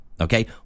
okay